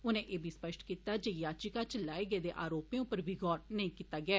औने एह् बी स्पष्ट कीता ऐ जे याचिका च लाए गेदे आरोपें उप्पर गौर नेंई कीता गेआ